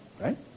right